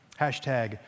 Hashtag